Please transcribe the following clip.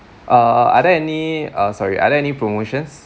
uh are there any uh sorry are there any promotions